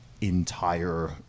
Entire